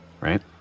right